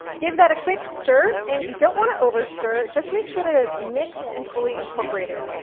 give that a quick stir, and you don't want to overstir. just make sure that it's mixed and fully incorporated,